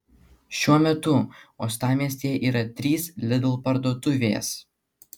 šiuo metu uostamiestyje yra trys lidl parduotuvės